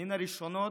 מן הראשונות,